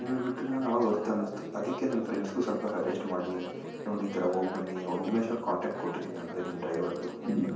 ಬೆಂಗ್ಳೂರಿಗೆ ಬಿಟ್ಟರು ನಾನು ಅವಾಗ ವರ್ತ್ ಅನ್ನಿಸ್ತು ಅದಕ್ಕೆ ನನ್ನ ಫ್ರೆಂಡ್ಸ್ಗೂ ಸ್ವಲ್ಪ ಸಜೆಸ್ಟ್ ಮಾಡಿದ್ದೀನಿ ನೋಡು ಈ ಥರ ಹೋಗಿ ಬನ್ನಿ ಅವ್ರು ಉಮೇಶ್ ಅವ್ರ ಕಾಂಟಾಕ್ಟ್ ಕೊಟ್ಟಿದ್ದೀನಿ ನಾನು ಅದೇ ನಿಮ್ಮ ಡ್ರೈವರ್ದು